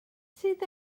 sydd